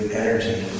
energy